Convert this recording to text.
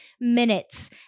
minutes